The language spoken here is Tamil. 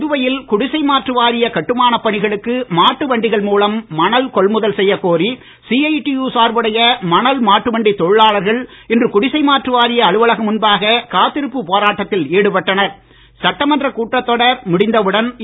புதுவையில் குடிசை மாற்று வாரிய கட்டுமானப் பணிகளுக்கு மாட்டு வண்டிகள் மூலம் மணல் கொள்முதல் செய்யக் கோரி சிஐடியு சார்புடைய மணல் மாட்டு வண்டித் தொழிலாளர்கள் இன்று குடிசை மாற்று வாரிய அலுவலகம் முன்பாக காத்திருப்பு போராட்டத்தில் சட்டமன்றக் கூட்டத்தொடர் முடிந்தவுடன் ஈடுபட்டனர்